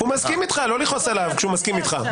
לא לכעוס עליו כשהוא מסכים איתך.